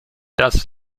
das